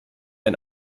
ein